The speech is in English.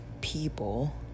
people